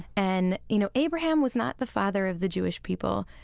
and, you know, abraham was not the father of the jewish people.